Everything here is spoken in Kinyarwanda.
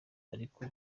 ariko